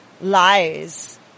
lies